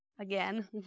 again